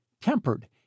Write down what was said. tempered